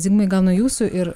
zigmai gal nuo jūsų ir